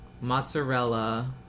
mozzarella